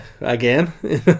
again